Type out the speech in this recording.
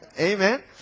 Amen